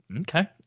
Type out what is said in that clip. okay